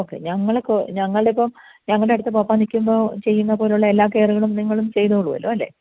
okay ഞങ്ങൾ കൊ ഞങ്ങളിപ്പം ഞങ്ങടടുത്ത് പപ്പ നിൽക്കുമ്പോൾ ചെയ്യുന്ന പോലുള്ള എല്ലാ കെയറുകളും നിങ്ങളും ചെയ്തോളുവല്ലേ അല്ലേ